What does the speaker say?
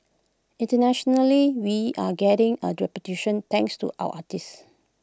internationally we're getting A reputation thanks to our artists